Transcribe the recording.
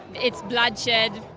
it's bloodshed.